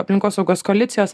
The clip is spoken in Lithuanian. aplinkosaugos koalicijos